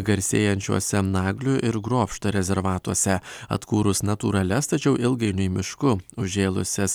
garsėjančiuose naglių ir grobšto rezervatuose atkūrus natūralias tačiau ilgainiui mišku užžėlusias